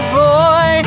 boy